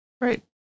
right